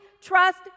trust